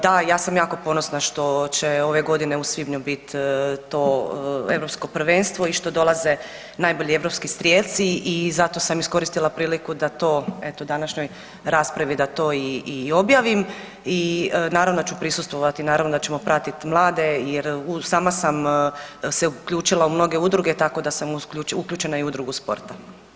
Da, ja sam jako ponosna što će ove godine u svibnju bit to Europsko prvenstvo i što dolaze najbolji europski strijelci i zato sam iskoristila priliku da to eto u današnjoj raspravi, da to i objavim i naravno da ću prisustvovati, naravno da ćemo pratit mlade jer sama sam se u uključila u mnoge udruge, tako da sam uključena i u udrugu sporta.